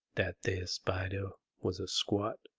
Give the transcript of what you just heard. that there spider was a squat,